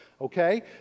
okay